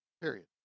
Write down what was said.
Period